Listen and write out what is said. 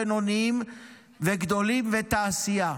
בינוניים וגדולים ולתעשייה,